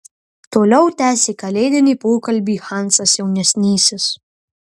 toliau tęsė kalėdinį pokalbį hansas jaunesnysis